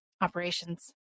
operations